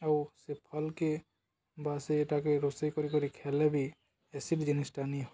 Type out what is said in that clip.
ଆଉ ସେ ଫଲ୍କେ ବା ସେଟାକେ ରୋଷେଇ କର କରି ଖେଲେ ବି ଏସି ବି ଜିନିଷଟା ନିଅ